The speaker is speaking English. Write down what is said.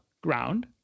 ground